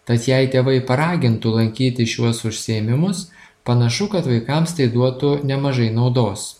tad jei tėvai paragintų lankyti šiuos užsiėmimus panašu kad vaikams tai duotų nemažai naudos